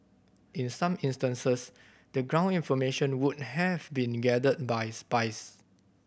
in some instances the ground information would have been gathered by spies